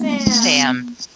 Sam